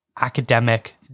academic